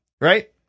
right